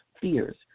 fears